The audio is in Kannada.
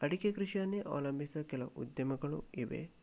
ಅಡಿಕೆ ಕೃಷಿಯನ್ನೇ ಅವಲಂಬಿಸೋ ಕೆಲವು ಉದ್ಯಮಗಳು ಇವೆ